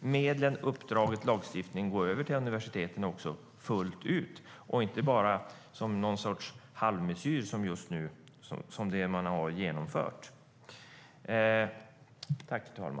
medlen, uppdraget och lagstiftningen övergå till universiteten fullt ut, och inte bara någon sorts halvmesyr som det som man nu har genomfört utgör.